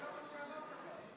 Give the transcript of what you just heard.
זה לא מה שאמרת, אבל.